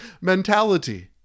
mentality